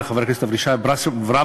לחבר הכנסת אבישי ברוורמן,